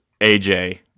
aj